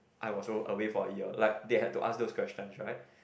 I was away for a year like they had to ask those questions right